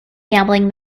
gambling